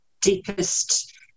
deepest